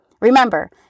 Remember